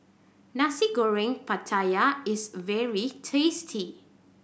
Nasi Goreng Pattaya is very tasty